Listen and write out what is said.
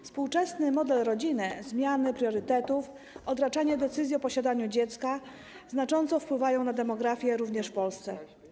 Współczesny model rodziny, zmiany priorytetów, odraczanie decyzji o posiadaniu dziecka znacząco wpływają na demografię również w Polsce.